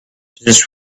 this